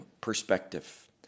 perspective